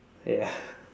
ya